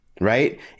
right